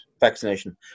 vaccination